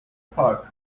park